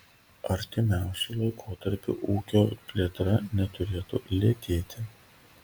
artimiausiu laikotarpiu ūkio plėtra neturėtų lėtėti